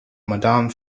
madame